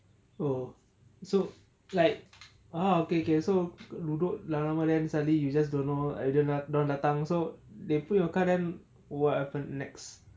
oh so like ah okay okay so duduk lama-lama then suddenly you just don't know either dia orang datang so they put your car then what happen next